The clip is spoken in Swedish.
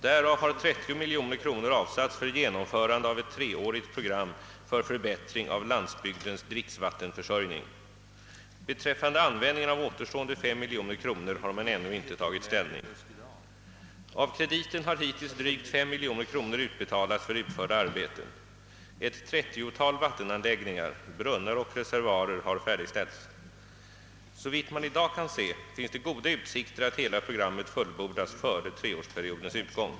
Därav har 30 miljoner kronor avsatts för genomförande av ett treårigt program för förbättring av landsbygdens dricksvattenförsörjning. Beträffande användningen av återstående 5 miljoner kronor har man ännu inte tagit ställning. Av krediten har hittills drygt 5 miljoner kronor utbetalats för utförda arbeten. Ett trettiotal vattenanläggningar — brunnar och reservoarer — ha färdigställs. Så vitt man i dag kan se finns det goda utsikter att hela programmet fullbordas före treårsperiodens utgång.